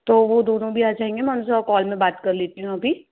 तो वह दोनों भी आ जाएँगे मैं उनसे कॉल में बात कर लेती हूँ अभी